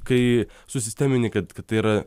kai susistemini kad tai yra